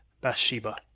Bathsheba